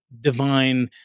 divine